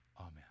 Amen